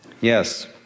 yes